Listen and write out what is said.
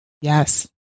Yes